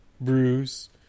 Bruce